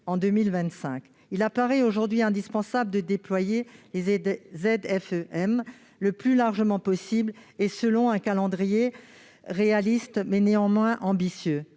en 2025. Il apparaît aujourd'hui indispensable de déployer les ZFE-m le plus largement possible, selon un calendrier réaliste, mais néanmoins ambitieux.